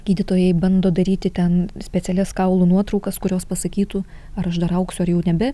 gydytojai bando daryti ten specialias kaulų nuotraukas kurios pasakytų ar aš dar augsiu ar jau nebe